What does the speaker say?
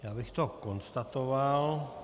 Já bych to konstatoval.